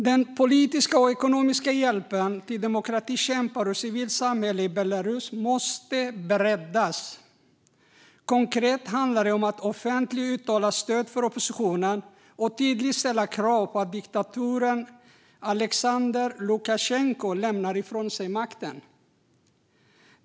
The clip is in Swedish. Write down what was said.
Den politiska och ekonomiska hjälpen till demokratikämpar och civilsamhälle i Belarus måste breddas. Konkret handlar det om att offentligt uttala stöd för oppositionen och tydligt ställa krav på att diktatorn Aleksandr Lukasjenko lämnar ifrån sig makten.